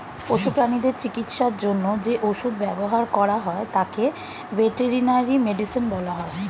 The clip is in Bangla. পশু প্রানীদের চিকিৎসার জন্য যে ওষুধ ব্যবহার করা হয় তাকে ভেটেরিনারি মেডিসিন বলা হয়